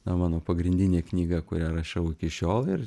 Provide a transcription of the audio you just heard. na mano pagrindinė knyga kurią rašau iki šiol ir